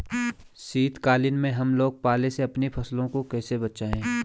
शीतकालीन में हम लोग पाले से अपनी फसलों को कैसे बचाएं?